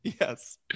Yes